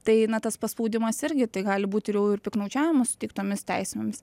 tai na tas paspaudimas irgi tai gali būti ir jau piktnaudžiavimas suteiktomis teisėmis